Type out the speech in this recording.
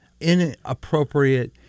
inappropriate